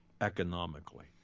economically